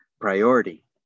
priority